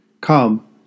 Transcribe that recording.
Come